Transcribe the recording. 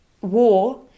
war